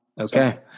Okay